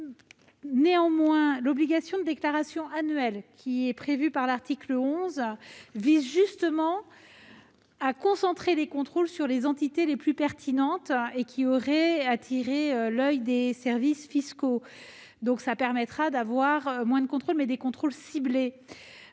Néanmoins, l'obligation de déclaration annuelle prévue par l'article 11 vise justement à concentrer les contrôles sur les entités les plus pertinentes, qui auraient particulièrement attiré l'attention des services fiscaux. Cela permettra d'avoir moins de contrôles, mais des contrôles ciblés.